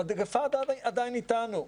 המגיפה עדיין אתנו.